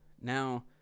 now